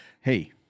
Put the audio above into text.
Hey